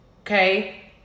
okay